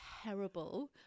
terrible